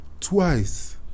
twice